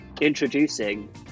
introducing